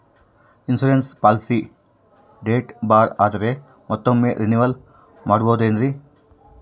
Insurance policy date ಬಾರ್ ಆದರೆ ಮತ್ತೊಮ್ಮೆ ರಿನಿವಲ್ ಮಾಡಬಹುದ್ರಿ?